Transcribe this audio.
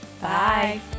Bye